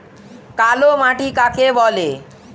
কালো মাটি কাকে বলে?